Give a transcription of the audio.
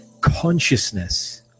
consciousness